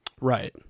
right